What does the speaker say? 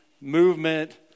movement